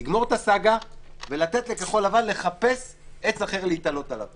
לגמור את הסאגה ולתת לכחול לבן לחפש עץ אחר להיתלות עליו,